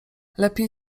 lepiej